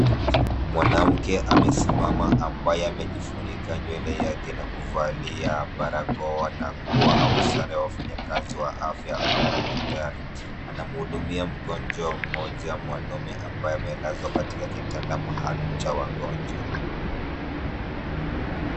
Mwanamke amesimama ambaye amejifunika nywele yake na kuvalia barakoa na sare ya wafanyikazi wa afya ama daktari. Anamhudumia mgonjwa mmoja mwanaume ambaye amelala katika kitanda maalum cha wagonjwa.